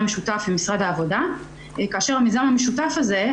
משותף עם משרד העבודה כאשר המיזם המשותף הזה,